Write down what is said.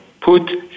put